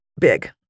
big